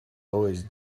always